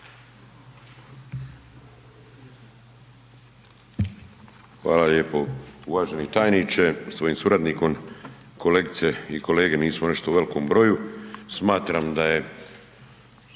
Hvala lijepo uvaženi tajniče sa svojim suradnikom. Kolegice i kolege, nismo još tu u velikom broju. Smatram da je